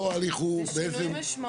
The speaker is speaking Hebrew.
פה ההליך הוא שממשיכים --- זה שינוי משמעותי.